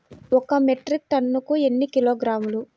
ఒక మెట్రిక్ టన్నుకు ఎన్ని కిలోగ్రాములు?